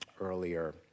earlier